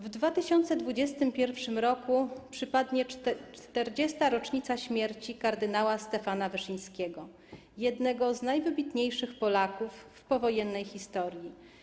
W 2021 r. przypadnie 40. rocznica śmierci kardynała Stefana Wyszyńskiego, jednego z najwybitniejszych Polaków w powojennej historii.